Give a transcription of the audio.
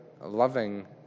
loving